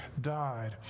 died